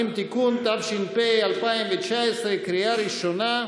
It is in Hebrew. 120) (תיקון), התש"ף 2019, בקריאה ראשונה,